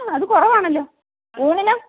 ആ അത് കുറവാണല്ലോ ഊണിന്